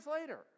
later